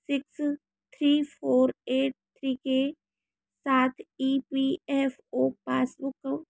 six three four eight three के साथ E P F O passbook को